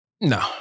No